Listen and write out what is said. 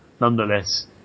nonetheless